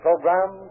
Program